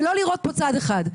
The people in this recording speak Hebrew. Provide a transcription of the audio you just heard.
ולא לראות פה צד אחד.